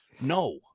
no